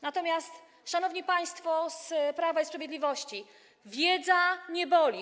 Natomiast, szanowni państwo z Prawa i Sprawiedliwości, wiedza nie boli.